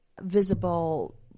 visible